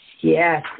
Yes